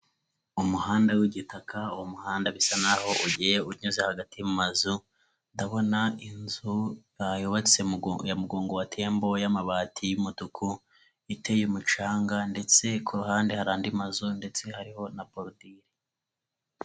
Umuhanda w'igitaka, uwo muhanda bisa n'aho ugiye unyuze hagati mu mazu, ndabona inzu yubatse ya mugongo wa tembo y'amabati y'umutuku iteye umucanga ndetse ku ruhande hari andi mazu ndetse hariho na borodire.